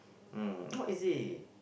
mm not easy